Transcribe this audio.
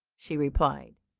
she replied,